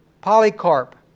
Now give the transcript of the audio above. Polycarp